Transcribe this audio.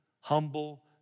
humble